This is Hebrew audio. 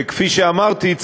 וכפי שאמרתי,